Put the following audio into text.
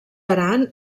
aran